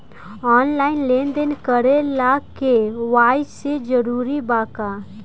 Online लेन देन करे ला के.वाइ.सी जरूरी बा का?